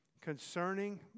concerning